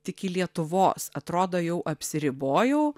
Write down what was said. tik į lietuvos atrodo jau apsiribojau